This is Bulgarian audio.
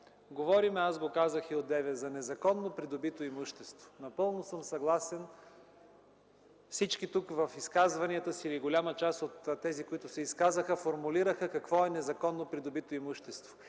Говорим, аз го казах и одеве, за незаконно придобито имущество. Напълно съм съгласен – голяма част от тези, които се изказаха, формулираха какво е „незаконно придобито имущество”.